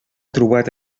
trobat